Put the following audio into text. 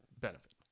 benefit